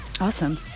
Awesome